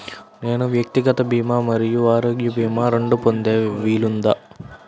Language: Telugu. నేను వ్యక్తిగత భీమా మరియు ఆరోగ్య భీమా రెండు పొందే వీలుందా?